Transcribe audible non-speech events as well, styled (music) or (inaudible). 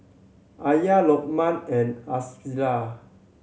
Alya Lokman and (unintelligible)